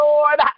Lord